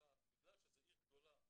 רק בגלל שזו עיר גדולה,